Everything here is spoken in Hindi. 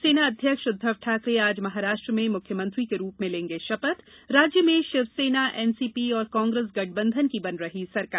शिवसेना अध्यक्ष उद्धव ठाकरे आज महाराष्ट्र में मुख्यमंत्री के रूप में लेंगे शपथ राज्य में शिवसेना एनसीपी और कांग्रेस गठबंधन की बन रही सरकार